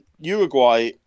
Uruguay